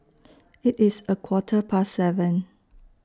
IT IS A Quarter Past seven